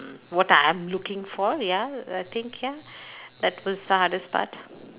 what I am looking for ya I think ya that was the hardest part